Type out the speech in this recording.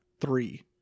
three